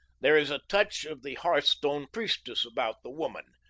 there is a touch of the hearthstone priestess about the woman.